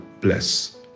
bless